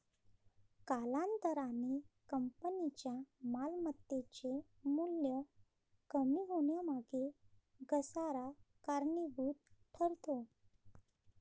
कालांतराने कंपनीच्या मालमत्तेचे मूल्य कमी होण्यामागे घसारा कारणीभूत ठरतो